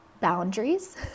boundaries